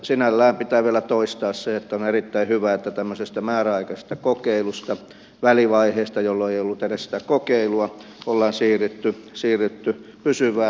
sinällään pitää vielä toistaa se että on erittäin hyvä että tämmöisestä määräaikaisesta kokeilusta välivaiheesta jolloin ei ollut edes sitä kokeilua ollaan siirrytty pysyvään järjestelyyn